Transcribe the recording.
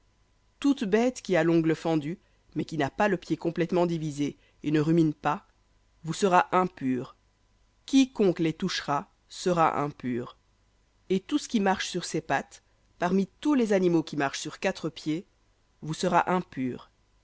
toute bête qui a l'ongle fendu mais qui n'a pas le complètement divisé et ne rumine pas vous sera impure quiconque les touchera sera impur et tout ce qui marche sur ses pattes parmi tous les animaux qui marchent sur quatre vous sera impur